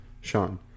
Sean